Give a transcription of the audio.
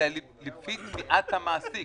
לפי תביעת המעסיק.